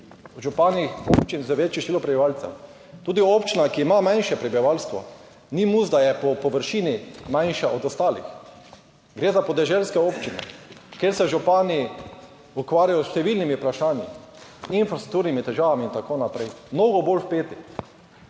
župani občin z večje število prebivalcev. Tudi občina, ki ima manjše prebivalstvo, ni nujno, da je po površini manjša od ostalih, gre za podeželske občine, kjer se župani ukvarjajo s številnimi vprašanji, infrastrukturnimi težavami in tako naprej. Mnogo bolj vpeti.